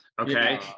Okay